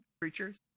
creatures